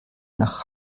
nach